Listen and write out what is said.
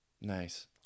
Nice